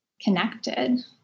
connected